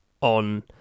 on